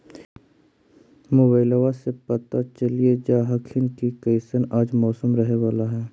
मोबाईलबा से पता चलिये जा हखिन की कैसन आज मौसम रहे बाला है?